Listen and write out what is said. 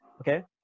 okay